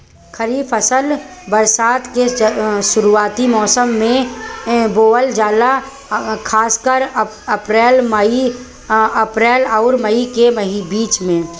खरीफ फसल बरसात के शुरूआती मौसम में बोवल जाला खासकर अप्रैल आउर मई के बीच में